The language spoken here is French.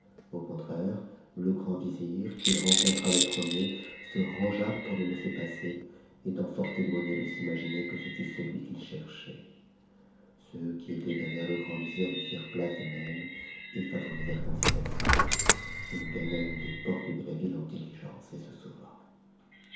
au contraire le grand vizir qu'il rencontra le premier se rangea pour le laisser passer étant fort éloigné de s'imaginer que ce fut celui qu'il cherchait ceux qui étaient derrière le grand vizir lui firent place de même et favorisèrent ainsi sa mite h gagna une des portes de la ville en diligence et se